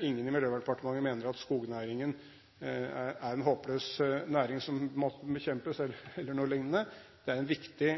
Ingen i Miljøverndepartementet mener at skognæringen er en håpløs næring som må bekjempes, eller noe lignende. Den er en viktig